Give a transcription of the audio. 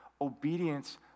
Obedience